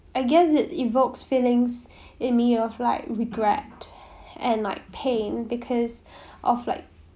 I guess it evokes feelings in me of like regret and like pain because of like